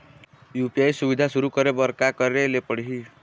UPI सुविधा शुरू करे बर का करे ले पड़ही?